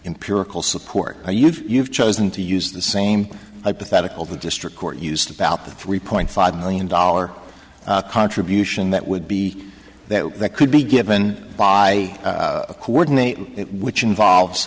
empirical support you've chosen to use the same hypothetical the district court used about the three point five million dollar contribution that would be that that could be given by a coordinate which involves